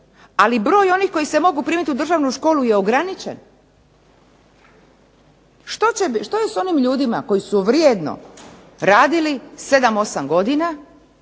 ali broj onih koji se mogu primiti u Državnu školu je ograničen. Što je s onim ljudima koji su vrijedno radili 7, 8 godina